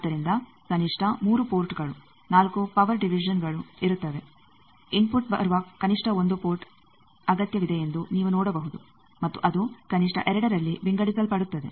ಆದ್ದರಿಂದ ಕನಿಷ್ಠ 3 ಪೋರ್ಟ್ಗಳು 4 ಪವರ್ ಡಿವಿಜನ್ ಇರುತ್ತದೆ ಇನ್ಫುಟ್ ಬರುವ ಕನಿಷ್ಠ ಒಂದು ಪೋರ್ಟ್ ಅಗತ್ಯವಿದೆಯೆಂದು ನೀವು ನೋಡಬಹುದು ಮತ್ತು ಅದು ಕನಿಷ್ಠ 2 ರಲ್ಲಿ ವಿಂಗಡಿಸಲ್ಪಡುತ್ತದೆ